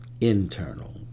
internal